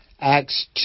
Acts